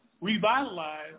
revitalize